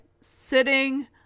sitting